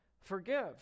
forgive